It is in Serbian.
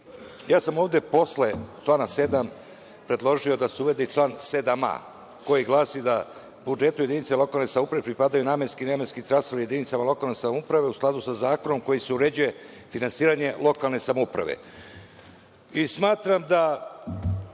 sam posle člana 7. predložio da se uvede i član 7a. koji glasi da budžeti jedinice lokalne samouprave pripadaju namenski i nenamenski transferi jedinicama lokalne samouprave u skladu sa zakonom kojim se uređuje finansiranje lokalne samouprave. Smatram